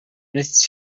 نیست